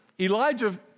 Elijah